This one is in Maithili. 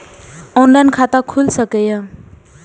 ऑनलाईन खाता खुल सके ये?